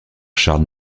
charles